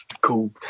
cool